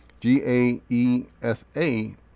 GAESA